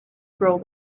grow